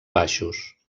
baixos